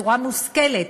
בצורה מושכלת,